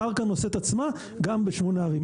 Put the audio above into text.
הקרקע נושאת את עצמה גם בשמונה קומות.